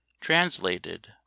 translated